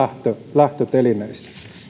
lähtötelineissä